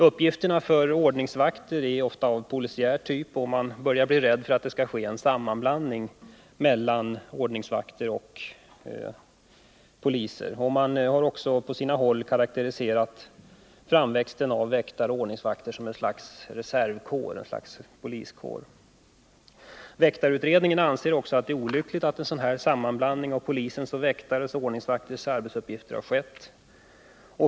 Uppgifterna för ordningsvakter är ofta av polisiär typ, och man börjar bli rädd för att det skall ske en sammanblandning mellan ordningsvakter och poliser. Man har också på sina håll karakteriserat framväxten av väktarna och ordningsvakterna som att det skapas ett slags reservkår, ett slags poliskår. Väktarutredningen anser det vara olyckligt att en sammanblandning av polisens arbetsuppgifter med väktarnas och ordningsvakternas har skett.